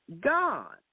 God